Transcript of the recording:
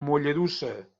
mollerussa